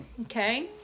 Okay